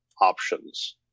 options